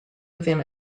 within